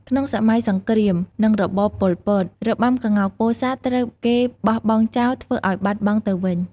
ក្នុងសម័យសង្គ្រាម និងរបបប៉ុលពត របាំក្ងោកពោធិ៍សាត់ត្រូវគេបោះបង់ចោលធ្វើឱ្យបាត់បង់ទៅវិញ ។